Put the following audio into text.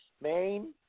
Main